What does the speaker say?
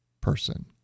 person